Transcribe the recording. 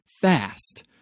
fast